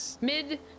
mid